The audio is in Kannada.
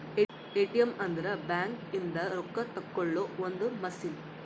ಎ.ಟಿ.ಎಮ್ ಅಂದ್ರ ಬ್ಯಾಂಕ್ ಇಂದ ರೊಕ್ಕ ತೆಕ್ಕೊಳೊ ಒಂದ್ ಮಸಿನ್